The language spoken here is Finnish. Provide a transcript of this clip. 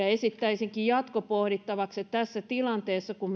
esittäisinkin jatkopohdittavaksi että tässä tilanteessa kun